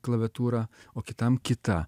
klaviatūra o kitam kita